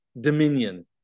dominion